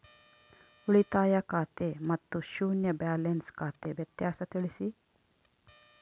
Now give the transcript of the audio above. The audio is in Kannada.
ಉಳಿತಾಯ ಖಾತೆ ಮತ್ತೆ ಶೂನ್ಯ ಬ್ಯಾಲೆನ್ಸ್ ಖಾತೆ ವ್ಯತ್ಯಾಸ ತಿಳಿಸಿ?